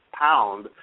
pound